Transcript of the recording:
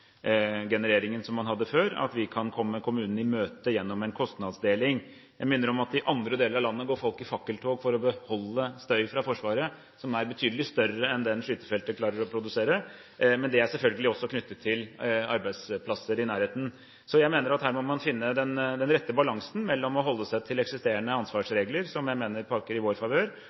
som man hadde før, kan vi komme kommunen i møte gjennom en kostnadsdeling. Jeg minner om at i andre deler av landet går folk i fakkeltog for å beholde støy fra Forsvaret som er betydelig større enn den skytefeltet klarer å produsere, men det er selvfølgelig også knyttet til arbeidsplasser i nærheten. Jeg mener at her må man finne den rette balansen mellom å holde seg til eksisterende ansvarsregler som jeg mener peker i vår favør,